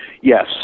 Yes